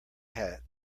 hat